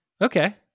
Okay